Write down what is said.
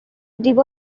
দিব